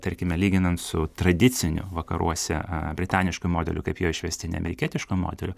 tarkime lyginant su tradiciniu vakaruose britanišku modeliu kaip jo išvestinė amerikietiško modelio